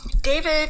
David